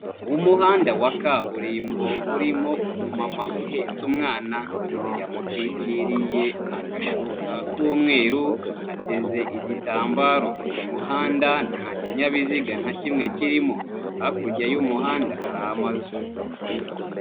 Umuhanda wa kaburimbo urimo umumama uhetse umwana. Yamutwikiriye agashuka k'umweru, ateze igitambaro. Uyu muhanda nta kinyabiziga na kimwe kirimo. Hakurya y'umuhanda hari amazu.